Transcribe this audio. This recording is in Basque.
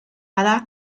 bada